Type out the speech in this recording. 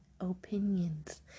opinions